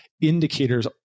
indicators